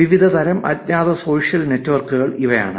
വിവിധ തരം അജ്ഞാത സോഷ്യൽ നെറ്റ്വർക്കുകൾ ഇവയാണ്